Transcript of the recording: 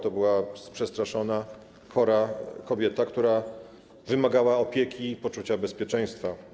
To była przestraszona, chora kobieta, która wymagała opieki i poczucia bezpieczeństwa.